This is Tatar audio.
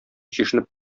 чишенеп